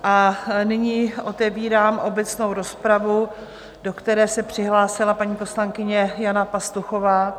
A nyní otevírám obecnou rozpravu, do které se přihlásila paní poslankyně Jana Pastuchová.